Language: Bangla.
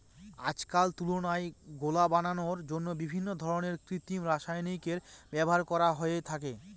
আজকাল তুলার গোলা বানানোর জন্য বিভিন্ন ধরনের কৃত্রিম রাসায়নিকের ব্যবহার করা হয়ে থাকে